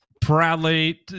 proudly